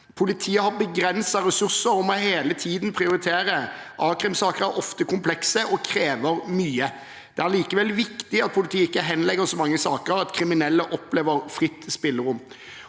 «Politiet har begrensede ressurser og må hele tiden prioritere. A-krimsaker er ofte komplekse og krever mye. Det er likevel viktig at politiet ikke henlegger så mange saker at kriminelle opplever fritt spillerom.»